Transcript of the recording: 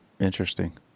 Interesting